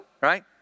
Right